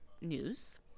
news